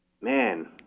Man